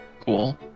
Cool